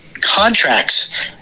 contracts